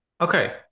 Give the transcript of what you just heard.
Okay